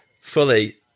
fully